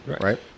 right